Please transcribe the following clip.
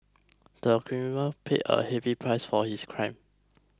the criminal paid a heavy price for his crime